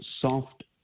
soft